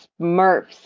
Smurfs